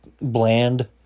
bland